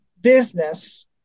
business